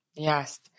Yes